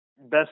Best